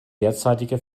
derzeitige